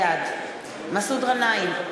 בעד מסעוד גנאים,